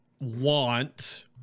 want